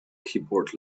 keyboard